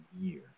year